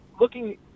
looking